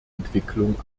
entwicklung